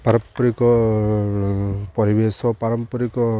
ପାରମ୍ପରିକ ପରିବେଶ ପାରମ୍ପରିକ